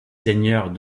seigneurs